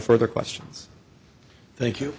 further questions thank you